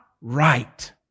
right